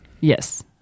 Yes